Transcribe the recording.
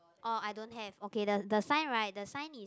oh I don't have okay the the sign right the sign is